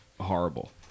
horrible